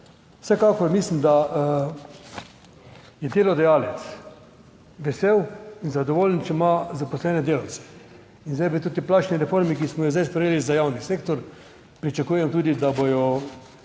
Vsekakor mislim, da je delodajalec vesel in zadovoljen, če ima zaposlene delavce. In zdaj v plačni reformi, ki smo jo zdaj sprejeli za javni sektor, pričakujem tudi, da bodo